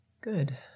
Good